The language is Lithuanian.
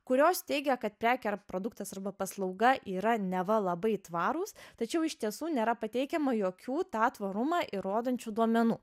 kurios teigia kad prekė ar produktas arba paslauga yra neva labai tvarūs tačiau iš tiesų nėra pateikiama jokių tą tvarumą įrodančių duomenų